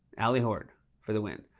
ally hord for the win.